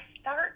start